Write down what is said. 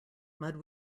mud